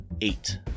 Eight